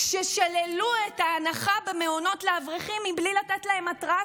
כששללו את ההנחה במעונות לאברכים בלי לתת להם התראה,